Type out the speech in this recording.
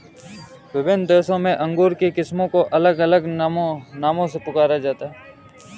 विभिन्न देशों में अंगूर की किस्मों को अलग अलग नामों से पुकारा जाता है